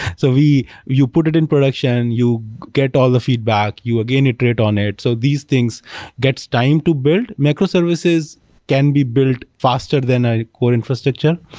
so you put it in production. you get all the feedback. you again iterate on it. so these things gets time to build. microservices can be built faster than a code infrastructure.